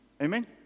Amen